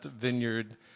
Vineyard